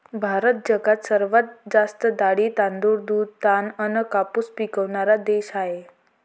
भारत जगात सर्वात जास्त डाळी, तांदूळ, दूध, ताग अन कापूस पिकवनारा देश हाय